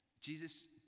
Jesus